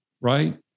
right